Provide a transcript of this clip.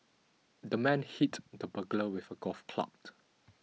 the man hit the burglar with a golf clot